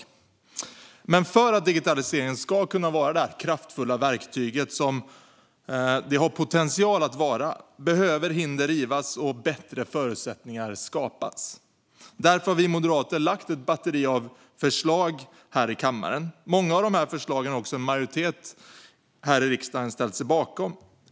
För att digitaliseringen ska kunna vara det kraftfulla verktyg som den har potential att vara behöver hinder rivas och bättre förutsättningar skapas. Därför har vi moderater lagt ett batteri av förslag här i kammaren. Många av dessa förslag har också en majoritet här i riksdagen ställt sig bakom.